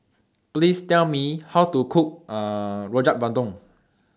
Please Tell Me How to Cook Rojak Bandung